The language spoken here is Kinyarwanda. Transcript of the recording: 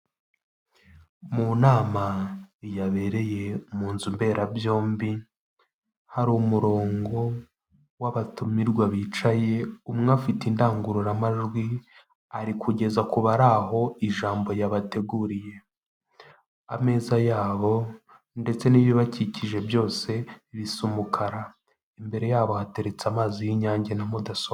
Mu nama yabereye mu nzu mberabyombi hari umurongo w'abatumirwa bicaye, umwe afite indangururamajwi ari kugeza ku bari aho ijambo yabateguriye. Ameza yaho ndetse n'ibibakikije byose bisa umukara, imbere yabo hateretse amazi y'inyange na mudasobwa.